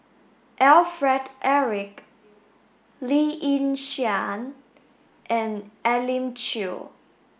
Alfred Eric Lee Yi Shyan and Elim Chew